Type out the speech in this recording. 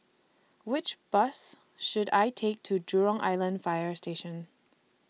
Which Bus should I Take to Jurong Island Fire Station